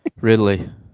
Ridley